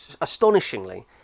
Astonishingly